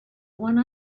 one